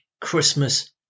Christmas